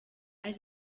ari